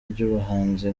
ry’ubuhanzi